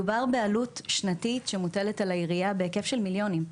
מדובר בעלות שנתית שמוטלת על העירייה בהיקף של מיליוני שקלים.